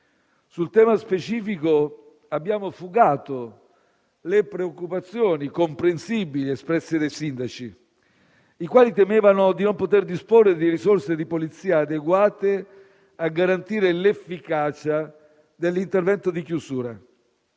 Sul tema specifico abbiamo fugato le comprensibili preoccupazioni espresse dai sindaci, i quali temevano di non disporre di risorse di polizia adeguate a garantire l'efficacia dell'intervento di chiusura.